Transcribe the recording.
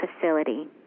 facility